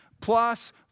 plus